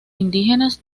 indígenas